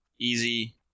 easy